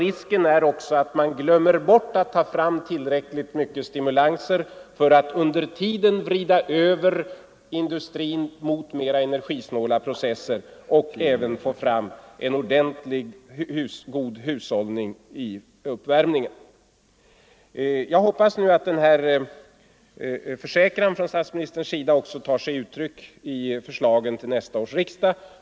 Risken är också att man glömmer bort att sätta in tillräckligt stora stimulanser för att under tiden vrida över energiförbrukningen mot mera energisnåla processer och för att åstadkomma en god hushållning på uppvärmningsområdet. Jag hoppas nu att denna försäkran från statsministern också tar sig uttryck i förslagen till nästa års riksdag.